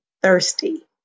thirsty